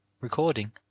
Recording